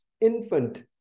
infant